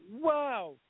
wow